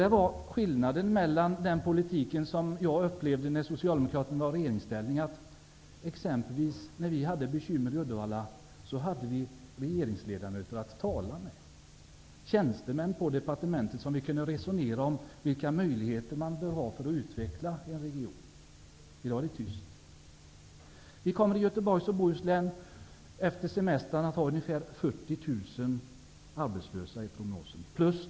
Det är skillnaden mellan den nuvarande politiken och den jag upplevde när Socialdemokraterna var i regeringsställning. När vi hade bekymmer i Uddevalla hade vi regeringsledamöter att tala med, och vi kunde resonera med tjänstemän på departementet om vilka möjligheter man bör ha för att utveckla en region. I dag är det tyst. Prognosen tyder på att det i Göteborgs och Bohuslän kommer att finnas ungefär 40 000 arbetslösa efter semestrarna.